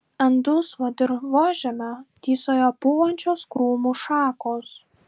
ant dulsvo dirvožemio tysojo pūvančios krūmų šakos